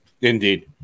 Indeed